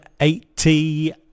eighty